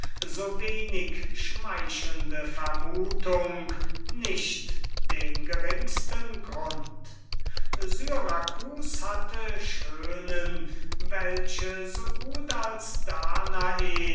so wenig schmeichelnde vermutung nicht den geringsten grund syracus hatte schönen welche so gut als danae